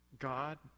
god